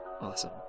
Awesome